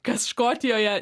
kas škotijoje